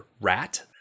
Rat